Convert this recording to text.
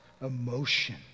emotion